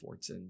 Fortson